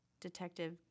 Detective